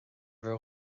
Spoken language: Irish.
bhur